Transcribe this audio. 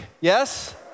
Yes